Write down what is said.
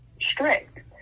strict